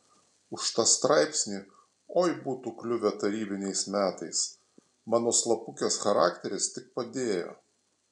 už tą straipsnį oi būtų kliuvę tarybiniais metais mano slapukės charakteris tik padėjo